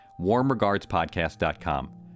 warmregardspodcast.com